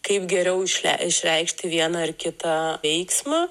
kaip geriau išlei išreikšti vieną ar kitą veiksmą